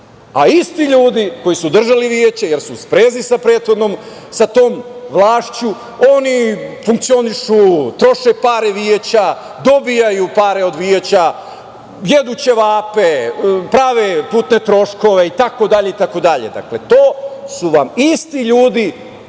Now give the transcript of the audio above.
A isti ljudi koji su držali Veće, jer su u sprezi sa prethodnom, sa tom vlašću, oni funkcionišu, troše pare Veća, dobijaju pare od Veća, jedu ćevape, prave putne troškove, itd, itd. Dakle, to su vam isti ljudi